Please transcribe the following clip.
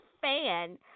fan